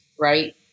Right